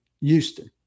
Houston